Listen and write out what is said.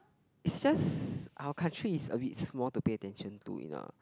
it's just our country is a bit small to pay attention to in a